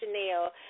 Chanel